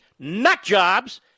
nutjobs